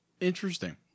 Interesting